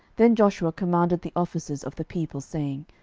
then joshua commanded the officers of the people, saying,